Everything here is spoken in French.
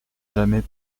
jamais